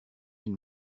une